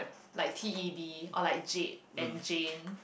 like T E D or like Jade and Jane